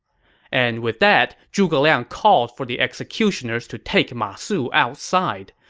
and with that, zhuge liang called for the executioners to take ma su outside.